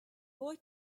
boy